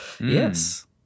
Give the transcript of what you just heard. Yes